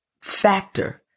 factor